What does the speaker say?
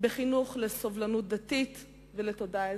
בחינוך לסובלנות דתית ולתודעה אזרחית.